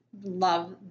love